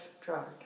drug